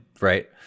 Right